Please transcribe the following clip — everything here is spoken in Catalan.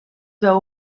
veu